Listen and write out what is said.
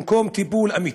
במקום טיפול אמיתי.